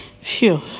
Phew